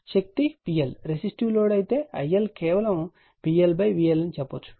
శక్తి PL resistive load అయితే IL విలువ కేవలం PL VL అని చెప్పవచ్చు